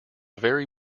very